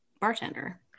bartender